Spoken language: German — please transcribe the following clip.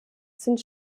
sind